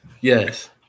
yes